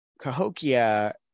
Cahokia